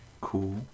Cool